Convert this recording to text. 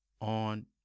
on